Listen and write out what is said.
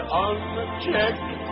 unchecked